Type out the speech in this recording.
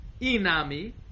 Inami